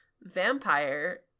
Vampire